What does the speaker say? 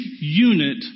unit